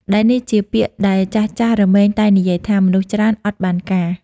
ដែលនេះជាពាក្យដែលចាស់ៗរមែងតែងនិយាយថា មនុស្សច្រើន អត់បានការ។